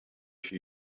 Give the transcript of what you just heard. she